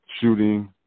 shooting